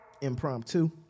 Impromptu